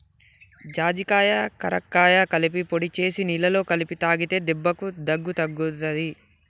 జాజికాయ కరక్కాయ కలిపి పొడి చేసి నీళ్లల్ల కలిపి తాగితే దెబ్బకు దగ్గు తగ్గుతది